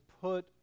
put